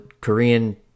Korean